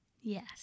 Yes